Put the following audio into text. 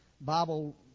Bible